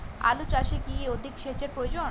আলু চাষে কি অধিক সেচের প্রয়োজন?